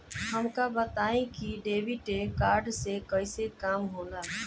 हमका बताई कि डेबिट कार्ड से कईसे काम होला?